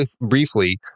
briefly